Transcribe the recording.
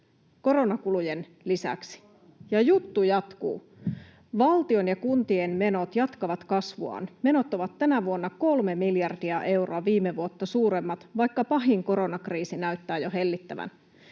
koronakulujen lisäksi.” Ja juttu jatkuu: ”Valtion ja kuntien menot jatkavat kasvuaan. Menot ovat tänä vuonna kolme miljardia euroa viime vuotta suuremmat, vaikka pahin koronakriisi näyttää jo hellittävän.”